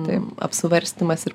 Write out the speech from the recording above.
taip apsvarstymas ir